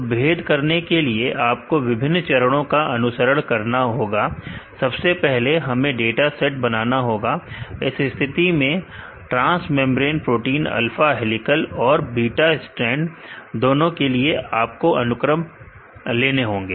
तो भेद करने के लिए आपको विभिन्न चरणों का अनुसरण करना होगा सबसे पहले हमें डाटा सेट बनाना होगा इस स्थिति में transmembrane protein alpha helical और बीटा स्टैंड दोनों के लिए आपको अनुक्रम पाने होंगे